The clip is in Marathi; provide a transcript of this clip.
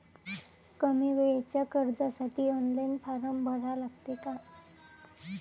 कमी वेळेच्या कर्जासाठी ऑनलाईन फारम भरा लागते का?